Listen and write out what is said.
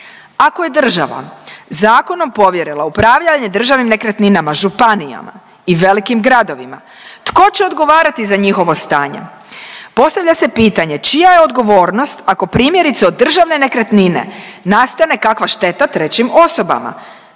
Ako je država zakonom povjerila upravljanje državnim nekretninama županijama i velikim gradovima, tko će odgovarati za njihovo stanje? Postavlja se pitanje čija je odgovornost ako, primjerice, od državne nekretnine nastane kakva šteta trećim osobama?